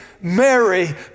Mary